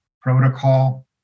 protocol